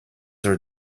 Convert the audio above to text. are